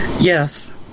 yes